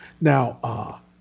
Now